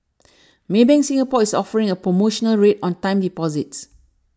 Maybank Singapore is offering a promotional rate on time deposits